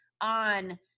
on